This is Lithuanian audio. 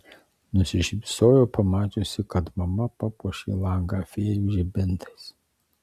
nusišypsojo pamačiusi kad mama papuošė langą fėjų žibintais